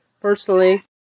Personally